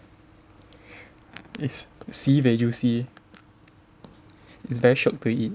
is sibei juicy it's very shiok to eat